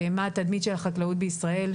ומה התדמית של החקלאות בישראל.